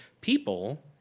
people